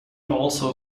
also